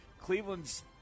Cleveland's –